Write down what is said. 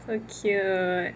so cute